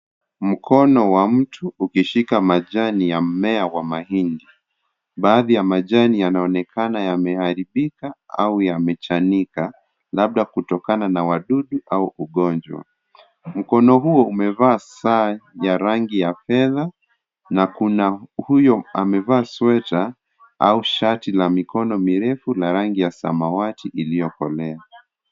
Mkono wa mtu ikishika majani ya mmea wa mahindi. Baadhi ya majani yanaonekana kuwa yameharibika au yamechanika labda kutokana na wadudu au ugonjwa. Mkono huo umevaa saa ya rangi ya fedha na kuna huyo amevaa sweta au shati la mikono mirefu la rangi ya samawati iliyokolea.